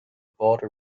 border